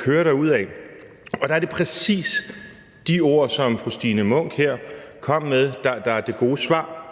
køre derudad, og der er det præcis de ord, som fru Signe Munk her kom med, der er det gode svar.